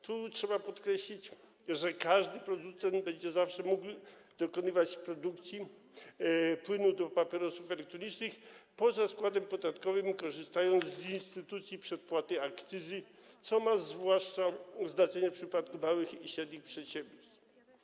Tu trzeba podkreślić, że każdy producent będzie zawsze mógł produkować płyn do papierosów elektronicznych poza składem podatkowym, korzystając z instytucji przedpłaty akcyzy, co ma znaczenie zwłaszcza w przypadku małych i średnich przedsiębiorstw.